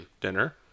dinner